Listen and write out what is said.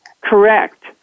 Correct